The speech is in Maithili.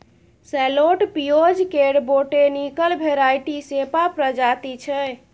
सैलोट पिओज केर बोटेनिकल भेराइटी सेपा प्रजाति छै